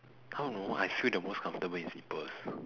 I don't know I feel the most comfortable in slippers